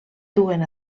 duen